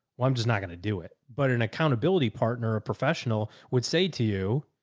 well, i'm just not going to do it, but an accountability partner, a professional would say to you,